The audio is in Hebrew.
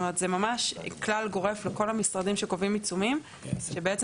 זה ממש כלל גורף לכל המשרדים שקובעים עיצומים ולמעשה